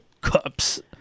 cups